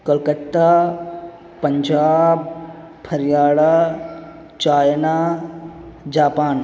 Calcutta Punjab China Japan